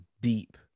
deep